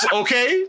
okay